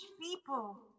people